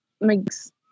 makes